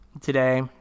today